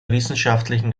wissenschaftlichen